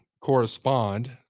correspond